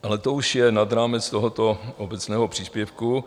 Ale to už je nad rámec tohoto obecného příspěvku.